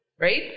right